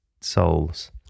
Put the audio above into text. souls